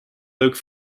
leuk